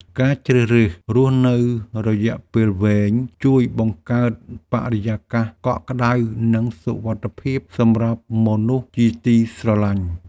ការជ្រើសរើសរស់នៅរយៈពេលវែងជួយបង្កើតបរិយាកាសកក់ក្ដៅនិងសុវត្ថិភាពសម្រាប់មនុស្សជាទីស្រឡាញ់។